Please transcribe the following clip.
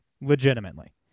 legitimately